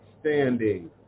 standing